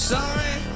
Sorry